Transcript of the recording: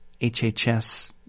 HHS